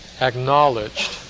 acknowledged